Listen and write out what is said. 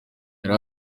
yari